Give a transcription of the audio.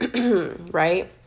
right